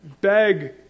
Beg